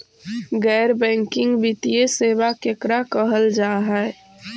गैर बैंकिंग वित्तीय सेबा केकरा कहल जा है?